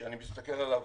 כשאני מסתכל עליו